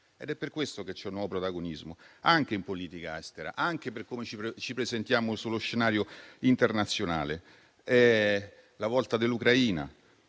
È per questo che c'è un nuovo protagonismo, anche in politica estera, anche per come ci presentiamo sullo scenario internazionale. Mi riferisco